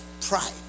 pride